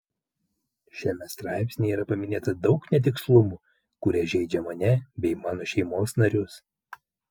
šiame straipsnyje yra paminėta daug netikslumų kurie žeidžia mane bei mano šeimos narius